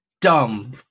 dumb